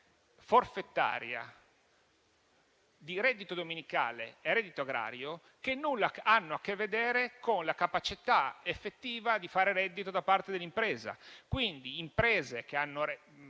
forfetaria, di reddito dominicale e reddito agrario che nulla hanno a che vedere con la capacità effettiva di fare reddito da parte dell'impresa. Pertanto, imprese che per